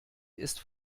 ist